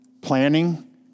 Planning